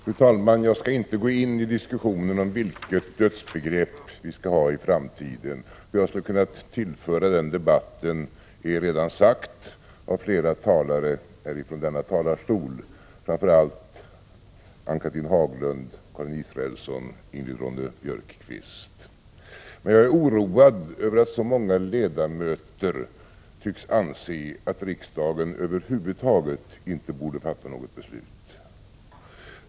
Fru talman! Jag skall inte gå in i diskussionen om vilket dödsbegrepp som vi skall ha i framtiden. Det jag skulle ha kunnat tillföra den debatten är redan sagt av flera talare ifrån denna talarstol, framför allt Ann-Catrine Haglund, Karin Israelsson och Ingrid Ronne-Björkqvist. Vad jag är oroad över är att så många ledamöter tycks anse att riksdagen över huvud taget inte borde fatta något beslut.